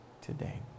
today